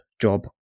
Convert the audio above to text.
job